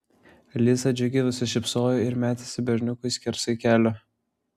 liza džiugiai nusišypsojo ir metėsi berniukui skersai kelio